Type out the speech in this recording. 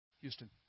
Houston